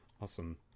Awesome